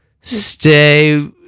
stay